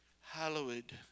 hallowed